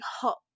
hot